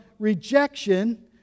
rejection